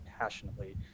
passionately